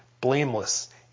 blameless